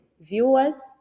viewers